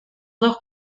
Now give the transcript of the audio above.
dos